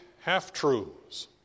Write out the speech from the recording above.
half-truths